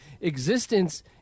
existence